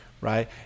right